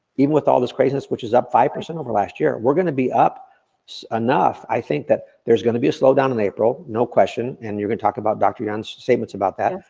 even with all this craziness, which is up five percent over last year, we're gonna be up enough, i think that there's gonna be a slowdown in april, no question, and you're gonna talk about dr. young's statements about that,